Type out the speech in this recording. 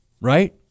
Right